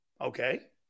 Okay